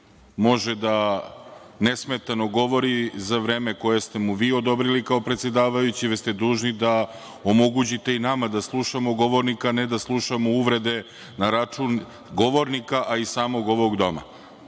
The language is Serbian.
može da ne smetano govori za vreme koje ste mu vi odobrili kao predsedavajući, već ste dužni da omogućite i nama da slušamo govornika, a ne da slušamo uvrede na račun govornika, a i samog ovog doma. Ne